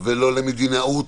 ולא למדינאות,